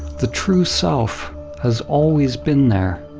the true self has always been there,